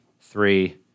three